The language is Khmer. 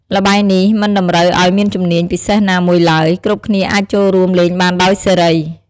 ល្បែងនេះមិនតម្រូវឱ្យមានជំនាញពិសេសណាមួយឡើយ គ្រប់គ្នាអាចចូលរួមលេងបានដោយសេរី។